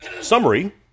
summary